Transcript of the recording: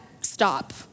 stop